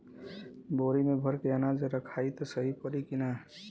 बोरी में भर के अनाज रखायी त सही परी की ना?